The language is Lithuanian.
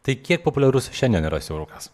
tai kiek populiarus šiandien yra siaurukas